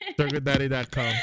SugarDaddy.com